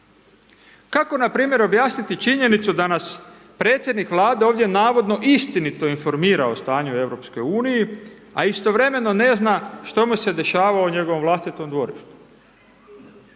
Kako na primjer objasniti činjenicu da nas predsjednik Vlade ovdje navodno istinito informira o stanju u Europskoj uniji, a istovremeno ne zna što mu se dešava u njegovom vlastitom dvorištu?